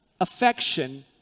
affection